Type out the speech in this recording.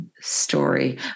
story